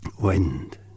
Wind